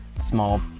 small